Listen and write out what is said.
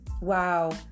Wow